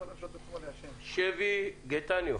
שבי גטניו.